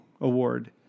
Award